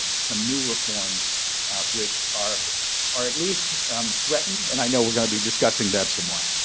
some new reforms which are are at least um threatened. and i know we're going to be discussing that some more.